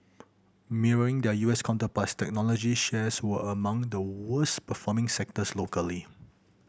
mirroring their U S counterparts technology shares were among the worst performing sectors locally